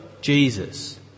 Jesus